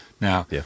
Now